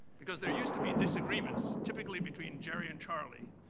because there used to be disagreements, typically between jerry and charlie,